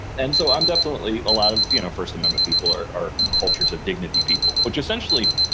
and so i'm definitely, a lot of you know first amendment people are are cultures of dignity people, which essentially,